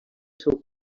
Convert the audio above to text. seu